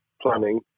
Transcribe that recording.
planning